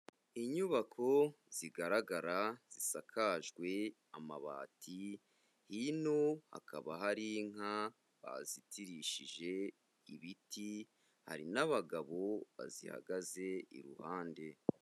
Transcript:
Inyubako zigaragara zisakajwe amabati, hino hakaba hari inka bazitirishije ibiti, hari n'abagabo bazihagaze iruhande.